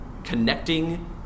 connecting